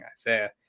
Isaiah